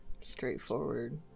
straightforward